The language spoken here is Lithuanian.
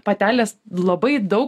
patelės labai daug